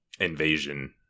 invasion